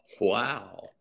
Wow